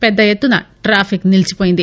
పెద్ద ఎత్తున ట్రాఫిక్ నిలిచిపోయింది